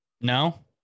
no